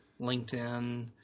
LinkedIn